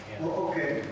okay